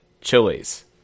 chilies